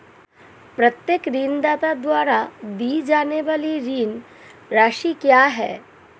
प्रत्येक ऋणदाता द्वारा दी जाने वाली ऋण राशि क्या है?